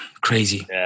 crazy